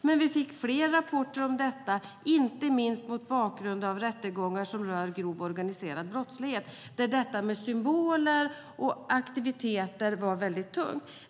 Men vi fick fler rapporter om detta, inte minst mot bakgrund av rättegångar som rörde grov organiserad brottslighet där detta med symboler och aktiviteter var väldigt tungt.